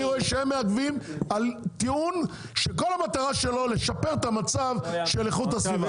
הם מעכבים את זה על טיעון שכל המטרה שלו היא לשפר את מצב איכות הסביבה.